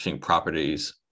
properties